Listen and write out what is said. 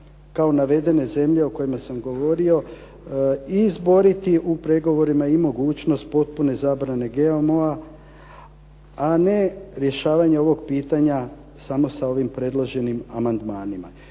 kao navedene zemlje o kojima sam govorio, izboriti u pregovorima i mogućnost potpune zabrane GMO-a, a ne rješavanje ovog pitanja samo sa ovim predloženim amandmanima.